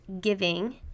giving